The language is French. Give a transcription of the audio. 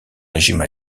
régime